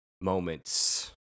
moments